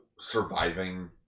surviving